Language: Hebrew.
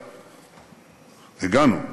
הגענו,